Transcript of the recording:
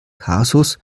kasus